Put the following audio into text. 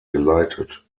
geleitet